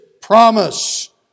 promise